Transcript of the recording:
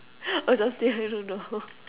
or something I don't know